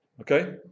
Okay